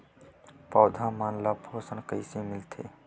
पौधा मन ला पोषण कइसे मिलथे?